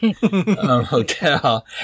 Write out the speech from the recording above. Hotel